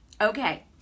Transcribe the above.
Okay